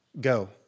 go